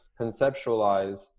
conceptualize